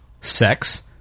Sex